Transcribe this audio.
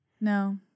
No